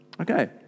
Okay